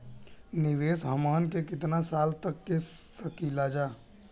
निवेश हमहन के कितना साल तक के सकीलाजा?